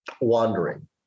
wandering